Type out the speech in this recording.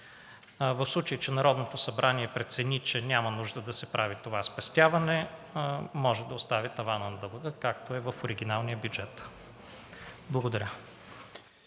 В случай че Народното събрание прецени, че няма нужда да се прави това спестяване, може да остави таванът на дълга, както е в оригиналния бюджет. Благодаря.